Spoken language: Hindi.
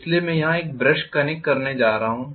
इसलिए मैं यहां एक ब्रश कनेक्ट करने जा रहा हूं